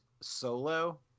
Solo